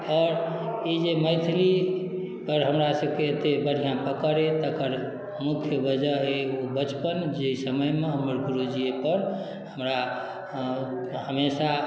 आओर ई जे मैथिलीपर हमरासभके एतेक बढ़िआँ पकड़ अइ तकर मुख्य वजह अइ ओ बचपन जाहि समयमे हमर गुरूजी एहिपर हमरा हमेशा